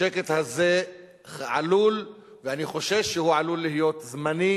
השקט הזה עלול, ואני חושש שהוא עלול, להיות זמני,